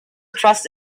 trust